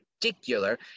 particular